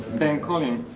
then colin.